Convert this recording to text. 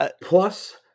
Plus